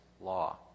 law